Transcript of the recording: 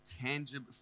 tangible